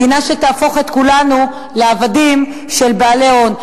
מדינה שתהפוך את כולנו לעבדים של בעלי הון.